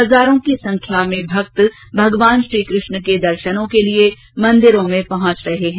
हजारों की संख्या में भक्त भगवान श्रीकृष्ण के दर्शनों के लिए मंदिरों में पहुंच रहे हैं